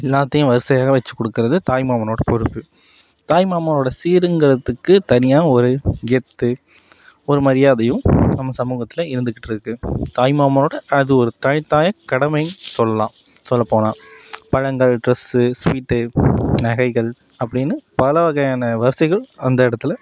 எல்லாத்தையும் வரிசையாக வச்சு கொடுக்குறது தாய்மாமனோட பொறுப்பு தாய்மாமானோட சீருங்கிறதுக்கு தனியாக ஒரு கெத்து ஒரு மரியாதையும் நம்ம சமூகத்தில் இருந்துகிட்டுருக்கு தாய்மாமானோட அது ஒரு கடமை சொல்லலாம் சொல்லப் போனால் பழங்கள் ட்ரெஸ்ஸு ஸ்வீட்டு நகைகள் அப்படின்னு பல வகையான வரிசைகள் அந்த இடத்துல